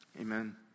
Amen